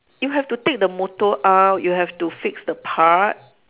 you have to take the motor out you have to fix the part